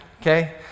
okay